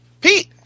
Pete